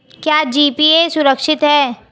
क्या जी.पी.ए सुरक्षित है?